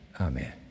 Amen